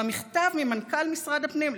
והמכתב ממנכ"ל משרד הפנים,